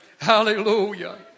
Hallelujah